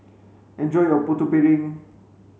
enjoy your putu piring